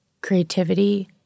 creativity